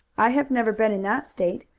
i have never been in that state.